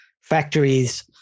Factories